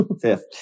fifth